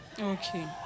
Okay